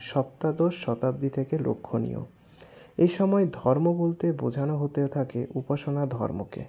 সপ্তাদশ শতাব্দী থেকে লক্ষণীয় এ সময় ধর্ম বলতে বোঝানো হতে থাকে উপাসনা ধর্মকে